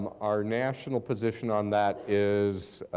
our national position on that is